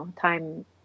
time